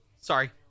Sorry